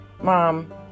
Mom